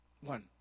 One